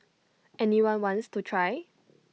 any one wants to try